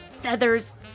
feathers